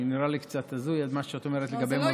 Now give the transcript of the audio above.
נראה לי קצת הזוי, מה שאת אומרת לגבי מוסדות.